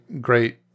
great